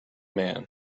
man